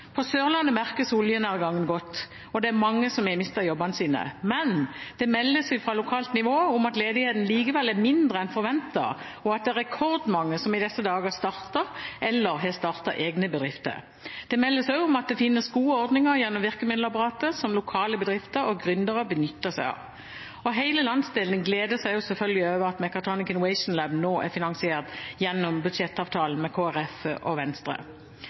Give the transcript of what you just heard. På Sørlandet merkes oljenedgangen godt, og det er mange som har mistet jobbene sine. Men det meldes fra lokalt nivå om at ledigheten likevel er mindre enn forventet, og at det er rekordmange som i disse dager starter eller har startet egne bedrifter. Det meldes også om at det finnes gode ordninger gjennom virkemiddelapparatet som lokale bedrifter og gründere benytter seg av. Hele landsdelen gleder seg også selvfølgelig over at Mechatronics Innovation Lab nå er finansiert gjennom budsjettavtalen med Kristelig Folkeparti og Venstre.